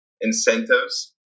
incentives